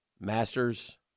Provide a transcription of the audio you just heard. Masters